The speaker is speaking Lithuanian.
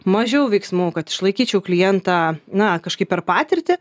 mažiau veiksmų kad išlaikyčiau klientą na kažkaip per patirtį